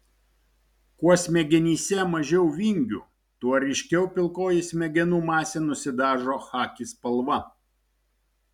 kuo smegenyse mažiau vingių tuo ryškiau pilkoji smegenų masė nusidažo chaki spalva